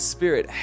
Spirit